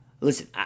listen